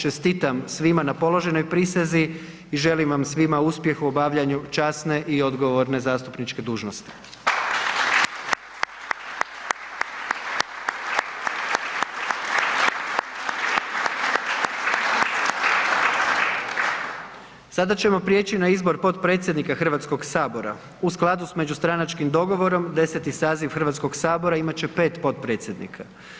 Čestitam svima na položenoj prisezi i želim vam svima uspjeh u obavljanju časne i odgovorne zastupničke dužnosti. Sada ćemo prijeći na: 4. Izbor potpredsjednika Hrvatskog sabora U skladu s međustranačkim dogovorom 10. saziv Hrvatskog saziva imat će pet potpredsjednika.